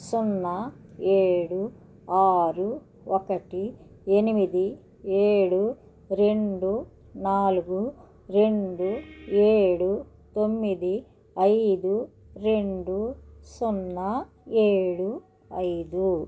సున్నా ఏడు ఆరు ఒకటి ఎనిమిది ఏడు రెండు నాలుగు రెండు ఏడు తొమ్మిది ఐదు రెండు సున్నా ఏడు ఐదు